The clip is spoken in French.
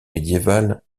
médiéval